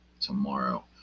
tomorrow